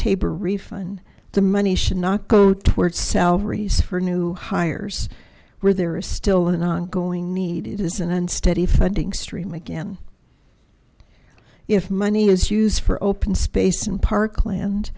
taber refund the money should not go towards salaries for new hires where there is still an ongoing need it is an unsteady funding stream again if money is used for open space and park land